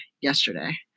yesterday